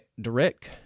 direct